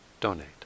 donate